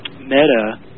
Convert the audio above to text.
meta